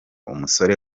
umusore